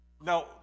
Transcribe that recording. Now